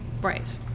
right